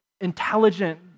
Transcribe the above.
intelligent